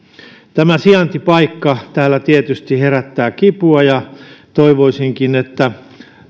tämä sijaintipaikka täällä tietysti herättää kipua ja toivoisinkin että